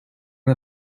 are